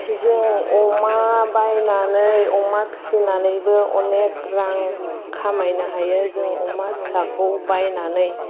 जों अमा बायनानै अमा बायनानै अमा फिसिनानैबो अनेक रां खामायनो हायो जों अमा फिसाखौ बायनानै